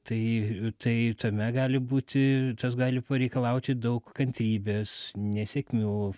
tai tai tame gali būti tas gali pareikalauti daug kantrybės nesėkmių